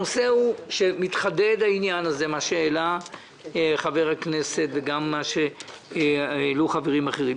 הנושא הוא שמתחדד העניין שהעלה חבר הכנסת קרעי וגם שהעלו חברים אחרים.